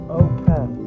okay